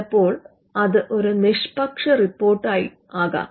ചിലപ്പോൾ അത് ഒരു നിഷ്പക്ഷ റിപ്പോർട്ടായിട്ടുമാകാം